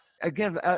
Again